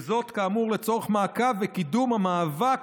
וזאת כאמור לצורך מעקב וקידום המאבק